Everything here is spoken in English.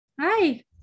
hi